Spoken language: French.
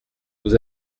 vous